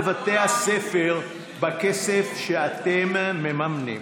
בבתי הספר בכסף שאתם מממנים.